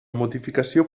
modificació